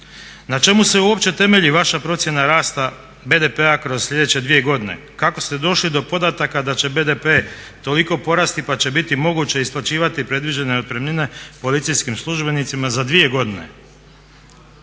Na čemu se uopće temelji vaša procjena rasta BDP-a kroz sljedeće dvije godine? Kako ste došli do podataka da će BDP toliko porasti pa će biti moguće isplaćivati predviđene otpremnine policijskim službenicima za dvije godine